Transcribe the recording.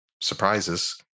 surprises